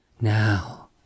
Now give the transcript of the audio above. Now